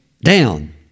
down